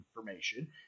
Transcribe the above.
information